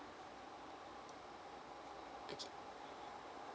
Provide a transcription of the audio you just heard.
okay